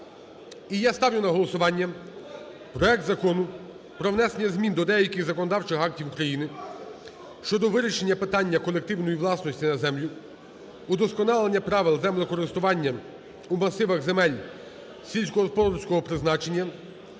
я ставлю на голосування проект Закону про внесення змін до деяких законодавчих актів України щодо вирішення питання колективної власності на землю, удосконалення правил землекористування у масивах земель сільськогосподарського призначення,